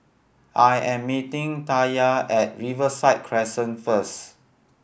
I am meeting Taya at Riverside Crescent first